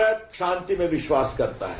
भारत शांति में विश्वास करता है